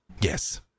Yes